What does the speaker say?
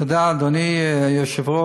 תודה, אדוני היושב-ראש.